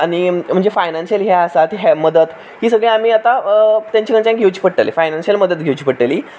आनी म्हणचे फायनेन्शियल हें आसा मदत ती सगळी आमी आतां तेंचे कडच्यान घेवची पडटली फायनेन्शियल मदत घेवची पडटली